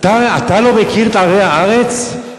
אתה לא מכיר את ערי הארץ?